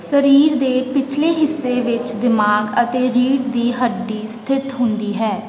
ਸਰੀਰ ਦੇ ਪਿਛਲੇ ਹਿੱਸੇ ਵਿੱਚ ਦਿਮਾਗ ਅਤੇ ਰੀੜ੍ਹ ਦੀ ਹੱਡੀ ਸਥਿਤ ਹੁੰਦੀ ਹੈ